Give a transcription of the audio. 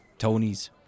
Tony's